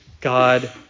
God